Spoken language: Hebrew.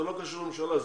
זה לא קשור לממשלה,